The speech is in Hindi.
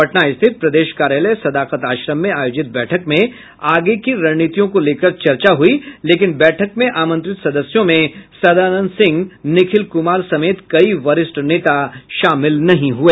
पटना स्थित प्रदेश कार्यालय सदाकत आश्रम में आयोजित बैठक में आगे की रणनीतियों को लेकर चर्चा हुई लेकिन बैठक में आमंत्रित सदस्यों में सदानंद सिंह निखिल कुमार समेत कई वरिष्ठ नेता शामिल नहीं हुए